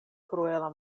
kruela